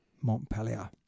Montpellier